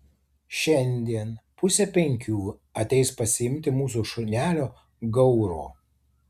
šiandien pusę penkių ateis pasiimti mūsų šunelio gauro